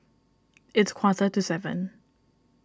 its quarter to seven